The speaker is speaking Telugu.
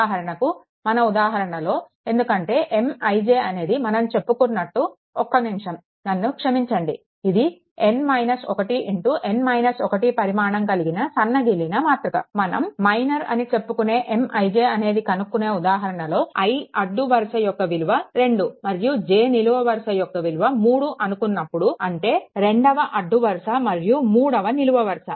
ఉదాహరణకు మన ఉదాహరణలో ఎందుకంటే Mij అనేది మనం చెప్పుకున్నట్టు ఒక్క నిమిషం నన్ను క్షమించండి ఇది పరిమాణం సలిగిన మాతృక మనం మైనర్ అని చెప్పుకునే Mij అనేది కనుక్కునే ఉదాహరణలో i అడ్డు వరుస యొక్క విలువ 2 మరియు j నిలువ వరుస యొక్క విలువ 3 అనుకున్నప్పుడు అంటే రెండవ అడ్డు వరుస మరియు మూడవ నిలువ వరుస